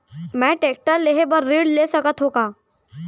मैं टेकटर लेहे बर ऋण ले सकत हो का?